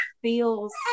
feels